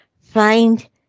find